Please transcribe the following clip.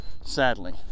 Sadly